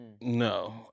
No